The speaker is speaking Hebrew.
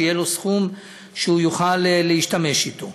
שיהיה לו סכום שהוא יוכל להשתמש בו.